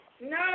No